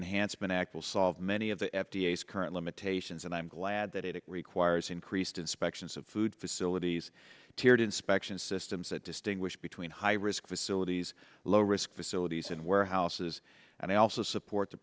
enhancement act will solve many of the f d a s current limitations and i'm glad that it requires increased inspections of food facilities teared inspection systems that distinguish between high risk facilities low risk facilities and warehouses and i also support the